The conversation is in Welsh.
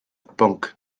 bwnc